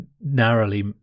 narrowly